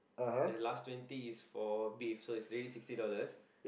then last twenty is for beef so is already sixty dollars